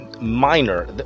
minor